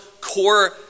core